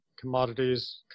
commodities